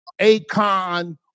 Akon